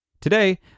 Today